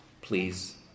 please